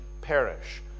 perish